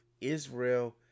Israel